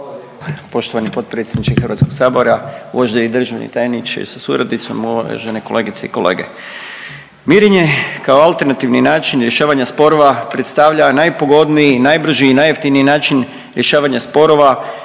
Poštovani potpredsjedniče Hrvatskog sabora, uvaženi državni tajniče sa suradnicom, uvažene kolegice i kolege. Mirenje kao alternativni način rješavanja sporova predstavlja najpogodniji, najbrži i najjeftiniji način rješavanja sporova